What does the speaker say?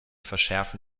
verschärfen